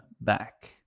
back